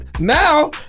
Now